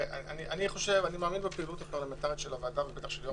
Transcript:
אני מאמין בפעילות הפרלמנטרית של הוועדה ובטח של יו"ר